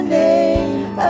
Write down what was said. name